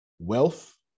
Wealth